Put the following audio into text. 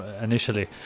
initially